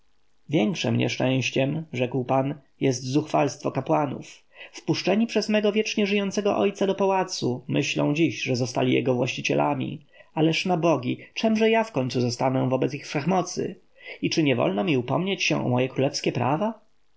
większem nieszczęściem rzekł pan jest zuchwalstwo kapłanów wpuszczeni przez mego wiecznie żyjącego ojca do pałacu myślą dziś że zostali jego właścicielami ależ na bogi czemże ja wkońcu zostanę wobec ich wszechmocy i czy nie wolno mi upomnieć się o moje królewskie prawa